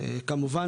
כמובן,